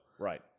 Right